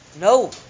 No